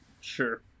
Sure